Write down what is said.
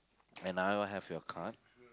and I will have your card